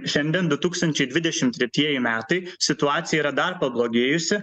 šiandien du tūkstabčiai dvidešim tretieji metai situacija yra dar pablogėjusi